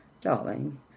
darling